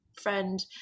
friend –